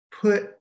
put